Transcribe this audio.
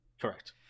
Correct